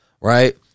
right